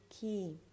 key